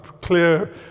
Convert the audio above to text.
clear